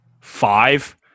Five